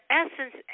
essence